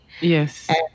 Yes